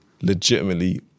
legitimately